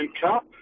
Cup